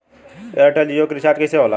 Airtel Jio के recharge कैसे होला?